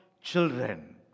children